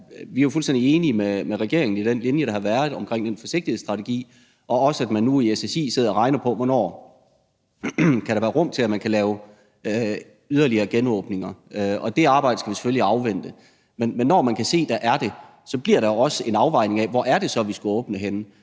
Vi er jo fuldstændig enige med regeringen i den linje, der har været om en forsigtighedsstrategi, og også i, at man i SSI nu sidder og regner på, hvornår der kan være rum for, at man kan lave yderligere genåbning. Det arbejde skal vi selvfølgelig afvente. Men når vi kan se, at der er det rum, bliver der jo også en afvejning af, hvor det er, vi skal åbne. Jeg